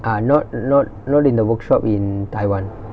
ah not not not in the workshop in taiwan